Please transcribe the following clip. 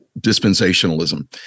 dispensationalism